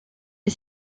est